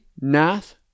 Nath